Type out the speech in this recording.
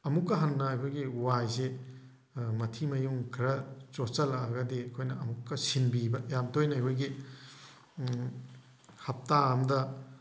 ꯑꯃꯨꯛꯀ ꯍꯟꯅ ꯑꯩꯍꯣꯏꯒꯤ ꯋꯥꯏꯁꯤ ꯃꯊꯤ ꯃꯌꯨꯡ ꯈꯔ ꯆꯣꯠꯁꯜꯂꯛꯑꯒꯗꯤ ꯑꯩꯈꯣꯏꯅ ꯑꯃꯨꯛꯀ ꯁꯤꯟꯕꯤꯕ ꯌꯥꯝ ꯇꯣꯏꯅ ꯑꯩꯈꯣꯏꯒꯤ ꯍꯥꯞꯇꯥ ꯑꯝꯗ